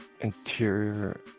Interior